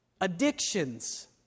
addictions